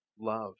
love